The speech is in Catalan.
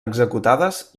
executades